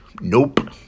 Nope